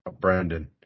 Brandon